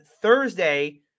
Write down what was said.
Thursday